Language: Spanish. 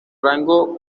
rango